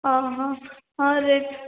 ଅହ ହଁ ରେଟ୍